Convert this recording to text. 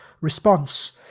response